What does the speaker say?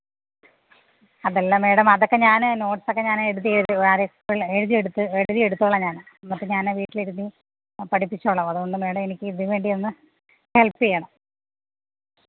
അതല്ല മാഡം അതൊക്കെ ഞാന് നോട്ട്സൊക്കെ ഞാന് എഴുതി ആരെ എഴുതിയെടുത്ത് എഴുതി എടുത്തോളാം ഞാന് എന്നിട്ട് ഞാന് വീട്ടിലിരുന്ന് പഠിപ്പിച്ചോളാം അതുകൊണ്ട് മാഡം എനിക്ക് ഇതിനുവേണ്ടി ഒന്ന് ഹെൽപ്പ് ചെയ്യണം